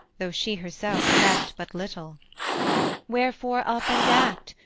though she herself effect but little wherefore up and act,